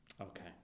Okay